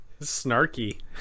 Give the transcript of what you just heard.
snarky